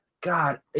God